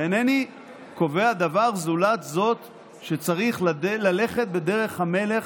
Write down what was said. ואינני קובע דבר, זולת זאת שצריך ללכת בדרך המלך